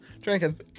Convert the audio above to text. drinking